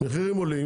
המחירים עולים,